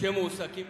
שמועסקים.